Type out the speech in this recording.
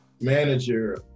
manager